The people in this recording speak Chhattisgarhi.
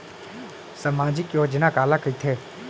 सामाजिक योजना काला कहिथे?